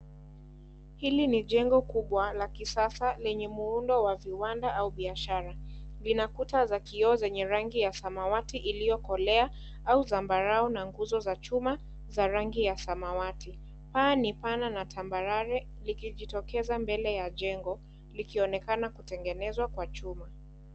Hili ni jengo kubwa la kisasa lenye muundo wa viwanda au biashara. Vina kuta ya kioo yuenye rangi ya samawati iliyokolea, au zambarau na nguzo za chuma za rangi ya samawati. Paa ni pana na tambarare ikijitokeza mbele ya jengo likionekana kutengenzwa kwa chuma.